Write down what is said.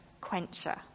quencher